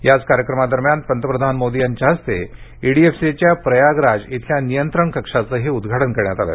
याच कार्यक्रमादरम्यान पंतप्रधान मोदी यांच्या हस्ते ईडीएफसीच्या प्रयागराज इथल्या नियंत्रण कक्षाचंही उदघाटन करण्यात आलं